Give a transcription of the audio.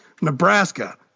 Nebraska